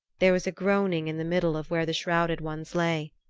there was a groaning in the middle of where the shrouded ones lay.